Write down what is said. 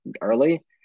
early